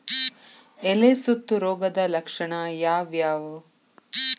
ಎಲೆ ಸುತ್ತು ರೋಗದ ಲಕ್ಷಣ ಯಾವ್ಯಾವ್?